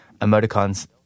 emoticons